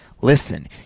listen